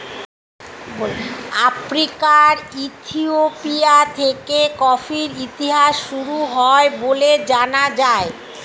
আফ্রিকার ইথিওপিয়া থেকে কফির ইতিহাস শুরু হয় বলে জানা যায়